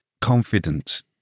confident